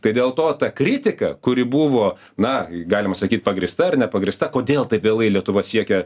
tai dėl to ta kritika kuri buvo na galima sakyt pagrįsta ar nepagrįsta kodėl taip vėlai lietuva siekia